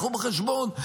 קחו בחשבון,